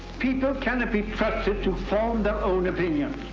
people cannot be trusted to form their own opinions.